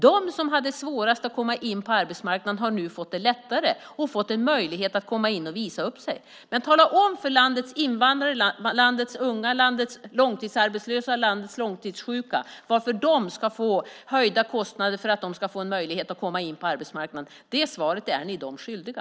De som hade det svårast att komma in på arbetsmarknaden har nu fått det lättare. De har fått en möjlighet att komma in och visa upp sig. Tala om för landets invandrare, landets unga, landets långtidsarbetslösa och landets långtidssjuka varför de ska få höjda kostnader för att de ska få en möjlighet att komma in på arbetsmarknaden! Det svaret är ni dem skyldiga.